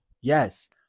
Yes